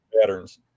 patterns